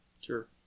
Sure